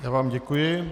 Já vám děkuji.